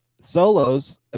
solos